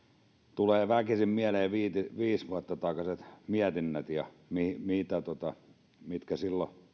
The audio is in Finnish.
tulee väkisin mieleen viiden vuoden takaiset mietinnät ja se mitä silloin